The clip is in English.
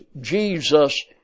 Jesus